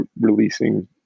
releasing